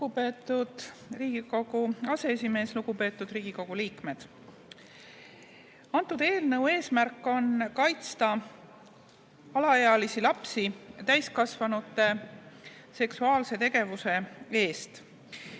Riigikogu aseesimees! Lugupeetud Riigikogu liikmed! Antud eelnõu eesmärk on kaitsta alaealisi lapsi täiskasvanute seksuaalse tegevuse